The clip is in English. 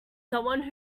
someone